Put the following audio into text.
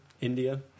India